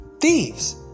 thieves